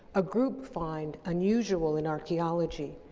a group find unusual in archeology.